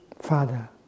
Father